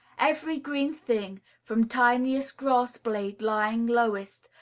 every green thing, from tiniest grass-blade lying lowest,